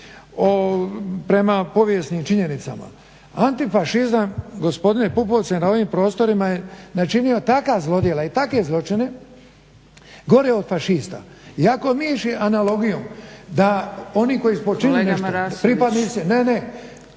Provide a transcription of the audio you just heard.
prema povijesnim činjenicama. Antifašizam gospodine Pupovac na ovim prostorima je načinio takva zlodjela i takve zločine gore od fašista. I ako bi mi išli analogijom da oni koji su počinili nešto, pripadnici